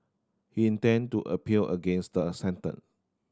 he intend to appeal against the sentence